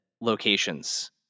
locations